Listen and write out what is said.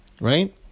Right